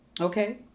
Okay